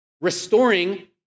restoring